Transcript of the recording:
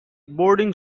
boarding